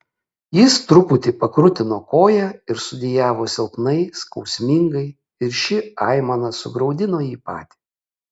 jis truputį pakrutino koją ir sudejavo silpnai skausmingai ir ši aimana sugraudino jį patį